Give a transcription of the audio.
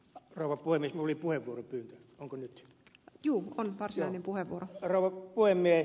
rouva poimi huippuajokortti onko nyt juban pääsiäinen puhe kun rouva puhemies